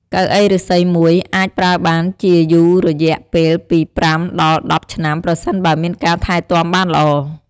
កៅអីឫស្សីមួយអាចប្រើបានជាយូររយៈពេលពី ៥ ដល់ ១០ ឆ្នាំ ប្រសិនបើមានការថែទាំបានល្អ។